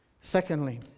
Secondly